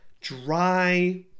dry